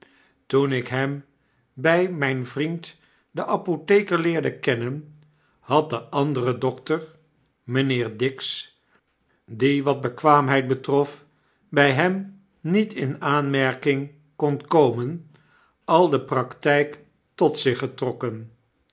toen ik hem bij mijn vriend den apotheker leerde kennen had de andere dokter mijnheer dix die wat bekwaamheid betrof bij hem niet in aanmerking kon komen al de praktijk tot zich getrokken